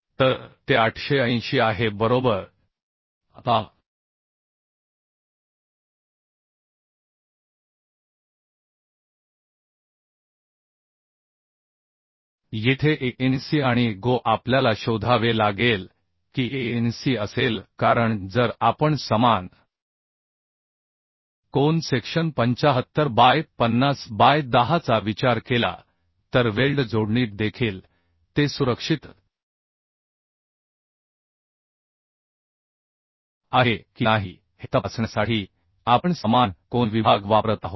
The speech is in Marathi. तर ते 880 आहे बरोबर आता येथे AncआणिAgo आपल्याला शोधावे लागेल की Anc असेल कारण जर आपण समानकोन सेक्शन 75 बाय 50 बाय 10 चा विचार केला तर वेल्ड जोडणीत देखील ते सुरक्षित आहे की नाही हे तपासण्यासाठी आपण समान कोन विभाग वापरत आहोत